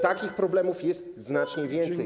Takich problemów jest znacznie więcej.